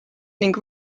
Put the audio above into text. ning